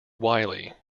wiley